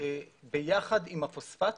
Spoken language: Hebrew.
שביחד עם הפוספט